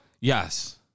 Yes